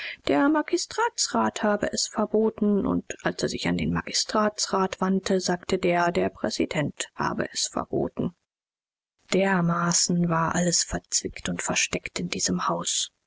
der magistratsrat habe es verboten und als er sich an den magistratsrat wandte sagte der der präsident habe es verboten dermaßen war alles verzwickt und versteckt in diesem haus